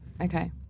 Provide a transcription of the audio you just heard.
okay